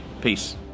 Peace